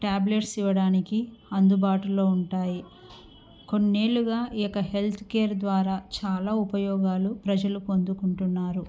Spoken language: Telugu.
ట్యాబ్లెట్స్ ఇవ్వడానికి అందుబాటులో ఉంటాయి కొన్నేళ్ళుగా ఈ యొక్క హెల్త్ కేర్ ద్వారా చాలా ఉపయోగాలు ప్రజలు పొందుకుంటున్నారు